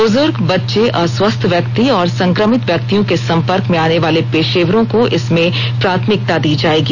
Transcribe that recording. बुजुर्ग बच्चे अस्वस्थ व्यक्ति और संक्रमित व्यक्तियों के संपर्क में आने वाले पेशेवरों को इसमें प्राथमिकता दी जाएगी